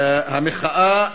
המחאה